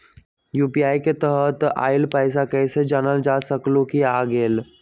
UPI के तहत आइल पैसा कईसे जानल जा सकहु की आ गेल?